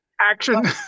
Action